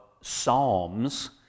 psalms